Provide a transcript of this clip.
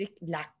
la